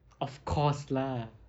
of course lah